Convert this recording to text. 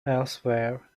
elsewhere